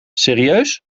serieus